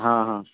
ہاں ہاں